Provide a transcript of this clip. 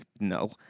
no